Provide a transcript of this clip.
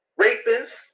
rapists